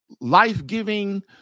life-giving